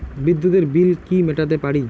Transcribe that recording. বিদ্যুতের বিল কি মেটাতে পারি?